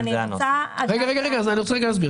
אתה רוצה, אז תטיל את זה על המעסיק.